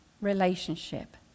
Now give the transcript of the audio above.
relationship